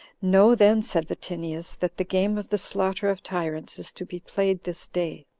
know then, said vatinius, that the game of the slaughter of tyrants is to be played this day.